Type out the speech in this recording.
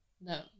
No